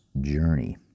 journey